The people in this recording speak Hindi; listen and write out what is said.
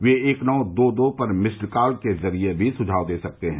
वे एक नो दो दो पर मिस्ड कॉल के जरिए भी सुझाव दे सकते हैं